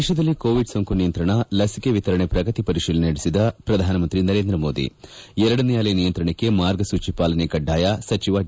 ದೇಶದಲ್ಲಿ ಕೋವಿಡ್ ಸೋಂಕು ನಿಯಂತ್ರಣ ಲಸಿಕೆ ವಿತರಣೆಯ ಪ್ರಗತಿ ಪರಿತೀಲನೆ ನಡೆಸಿದ ಪ್ರಧಾನಮಂತ್ರಿ ನರೇಂದ್ರ ಮೋದಿ ಎರಡನೇ ಅಲೆ ನಿಯಂತ್ರಣಕ್ಕೆ ಮಾರ್ಗಸೂಚಿ ಪಾಲನೆ ಕಡ್ಡಾಯ ಸಚಿವ ಡಿ